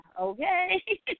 okay